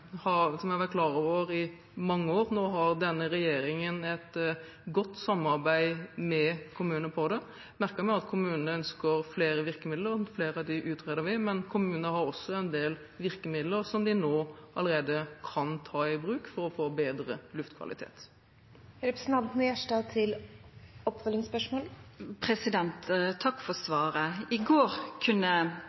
har vært klar over i mange år. Nå har denne regjeringen et godt samarbeid med kommuner på det. Jeg har merket meg at kommunene ønsker flere virkemidler – flere av dem utreder vi – men kommunene har også en del virkemidler som de allerede nå kan ta i bruk for å få bedre luftkvalitet. Takk for svaret. I går kunne